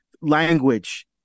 language